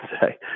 say